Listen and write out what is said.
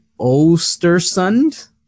Ostersund